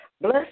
Bless